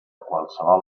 qualsevol